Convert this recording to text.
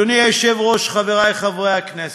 אדוני היושב-ראש, חברי חברי הכנסת,